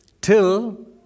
till